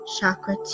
chakra